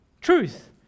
Truth